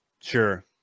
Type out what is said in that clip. Sure